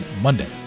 Monday